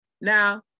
Now